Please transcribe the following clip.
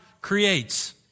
creates